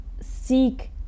seek